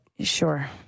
Sure